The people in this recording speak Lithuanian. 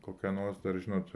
kokia nors dar žinot